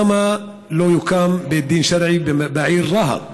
למה לא יוקם בית דין שרעי בעיר רהט?